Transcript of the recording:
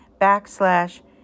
backslash